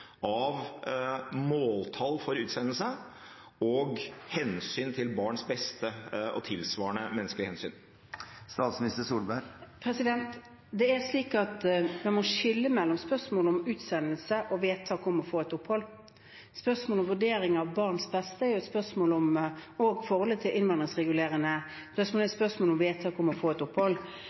av måltall for utsendelse og hensyn til barns beste og tilsvarende menneskelige hensyn? Man må skille mellom spørsmål om utsendelse og vedtak om å få opphold. Vurdering av barns beste er jo også et spørsmål om forholdet til det innvandringsregulerende når det gjelder vedtak om å få opphold.